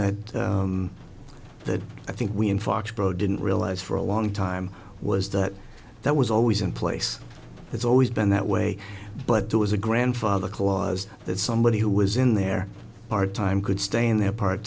that that i think we in foxborough didn't realize for a long time was that that was always in place it's always been that way but there was a grandfather clause that somebody who was in there part time could stay in there part